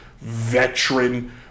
veteran